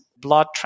blood